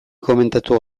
komentatu